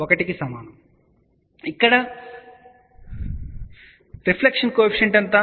1 కి సమానం ఇక్కడ రిఫ్లెక్షన్ కోఎఫిషియంట్ ఎంత